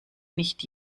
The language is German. nicht